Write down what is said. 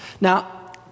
Now